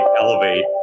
elevate